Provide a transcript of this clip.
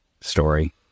story